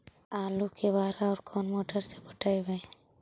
आलू के बार और कोन मोटर से पटइबै?